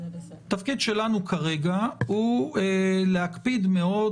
התפקיד שלנו כרגע הוא להקפיד מאוד,